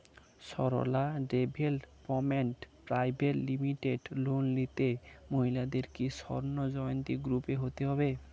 Sarala development private limited loan নিতে মহিলাদের কি স্বর্ণ জয়ন্তী গ্রুপে হতে হবে?